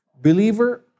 believer